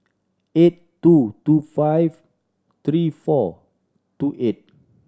eight two two five three four two eight